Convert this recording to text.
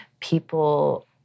people